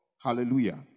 Hallelujah